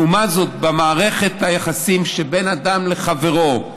לעומת זאת, במערכת היחסים שבין אדם לחברו,